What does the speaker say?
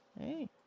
hey